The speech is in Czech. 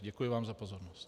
Děkuji vám za pozornost.